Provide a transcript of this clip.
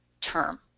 term